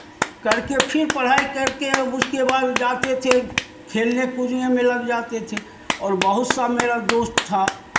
करके फिर पढ़ाई करके उसके बाद जाते थे खेलने कूदने में लग जाते थे और बहुत सा मेरा दोस्त था